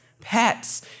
pets